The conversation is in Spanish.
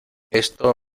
esto